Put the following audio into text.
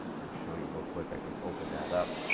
can show you real quick, i can open that up.